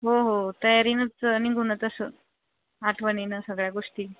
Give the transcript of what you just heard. हो हो तयारीनंच निघू ना तसं आठवणीनं सगळ्या गोष्टी